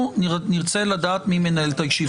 אנחנו נרצה לדעת מי מנהל את הישיבה.